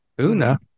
Una